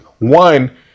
one